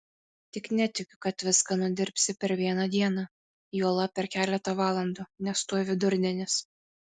tik netikiu kad viską nudirbsi per vieną dieną juolab per keletą valandų nes tuoj vidurdienis